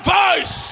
voice